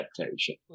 adaptation